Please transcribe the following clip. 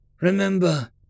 Remember